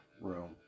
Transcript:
room